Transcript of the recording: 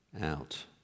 out